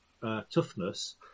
toughness